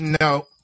No